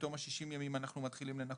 ובתום ה-60 ימים אנחנו מתחילים לנכות,